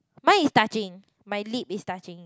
mine is touching my lip is touching